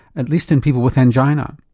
at least in people with angina.